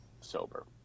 sober